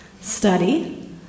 Study